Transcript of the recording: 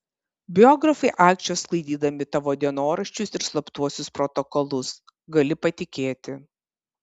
biografai aikčios sklaidydami tavo dienoraščius ir slaptuosius protokolus gali patikėti